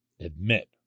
admit